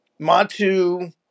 matu